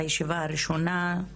הישיבה הראשונה היא